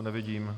Nevidím.